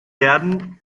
werden